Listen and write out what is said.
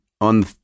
on